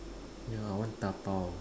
yeah I want dabao